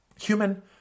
human